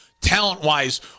talent-wise